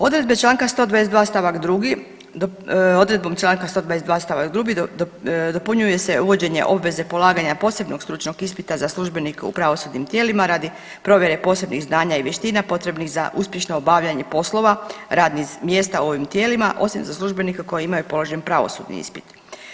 Odredbe Članka 122. stavak 2., odredbom Članka 122. stavak 2. dopunjuje se uvođenje obveze polaganja posebnog stručnog ispita za službenike u pravosudnim tijelima radi provjere posebnih znanja i vještina potrebnih za uspješno obavljanje poslova radnih mjesta u ovim tijelima osim za službenike koji imaju položen pravosudni ispit.